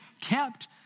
kept